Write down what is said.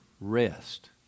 Rest